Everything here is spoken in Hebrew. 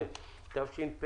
6) (תיקון), התשפ"א-2021.